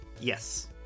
Yes